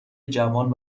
جوان